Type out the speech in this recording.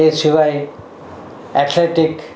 એ સિવાય એથ્લેટિક